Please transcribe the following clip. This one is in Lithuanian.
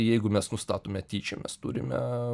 jeigu mes nustatome tyčią mes turime